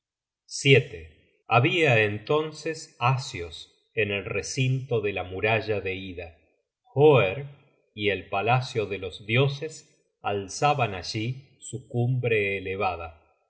años habia entonces asios en el recinto de la muralla de ida hoerg y el palacio de los dioses alzaban allí su cumbre elevada